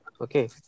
Okay